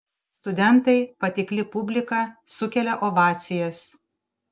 studentai patikli publika sukelia ovacijas